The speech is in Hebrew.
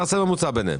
תעשה ממוצע ביניהן.